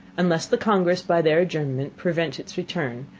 unless the congress by their adjournment prevent its return,